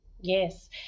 Yes